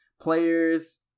players